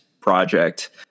project